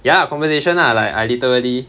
ya conversation lah like I literally